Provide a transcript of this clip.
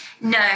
No